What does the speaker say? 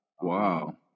Wow